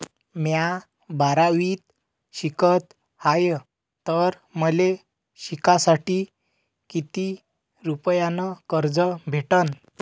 म्या बारावीत शिकत हाय तर मले शिकासाठी किती रुपयान कर्ज भेटन?